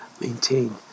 maintain